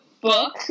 book